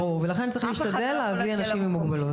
ברור, ולכן צריך להשתדל להביא אנשים עם מוגבלות.